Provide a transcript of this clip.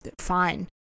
fine